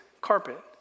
carpet